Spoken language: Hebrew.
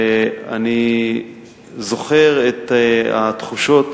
אני זוכר את התחושות